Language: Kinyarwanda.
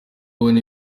abona